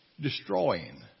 destroying